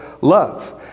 love